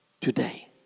today